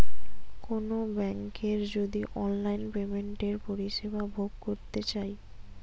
কোনো বেংকের যদি অনলাইন পেমেন্টের পরিষেবা ভোগ করতে চাই